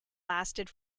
lasted